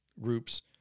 groups